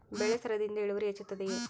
ಬೆಳೆ ಸರದಿಯಿಂದ ಇಳುವರಿ ಹೆಚ್ಚುತ್ತದೆಯೇ?